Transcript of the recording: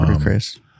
Chris